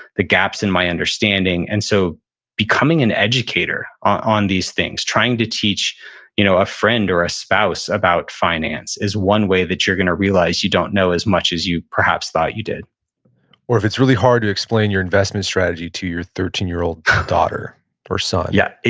the gaps in my understanding. and so becoming an educator on these things, trying to teach you know a friend or a spouse about finance is one way that you're going to realize you don't know as much as you perhaps thought you did well, if it's really hard to explain your investment strategy to your thirteen year old daughter or son yeah,